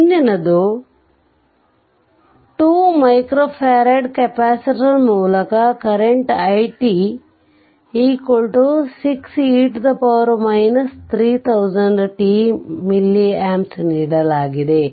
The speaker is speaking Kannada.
ಮುಂದಿನದು 2F ಕೆಪಾಸಿಟರ್ ಮೂಲಕ ಕರೆಂಟ್ i6e 3000t mA ನೀಡಲಾಗಿದೆ